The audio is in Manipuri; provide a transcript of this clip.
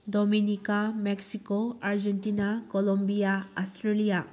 Dominica Mexico Argentina Colombia Australia